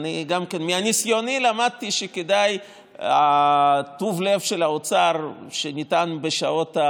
מניסיוני למדתי שטוב הלב של האוצר שניתן בשעות,